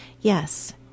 yes